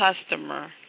customer